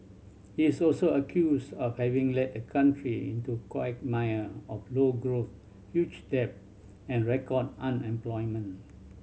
he is also accused of having led the country into quagmire of low growth huge debt and record unemployment